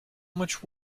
much